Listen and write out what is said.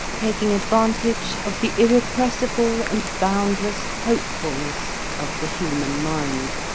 taking advantage of the irrepressible and boundless hopefulness of the human mind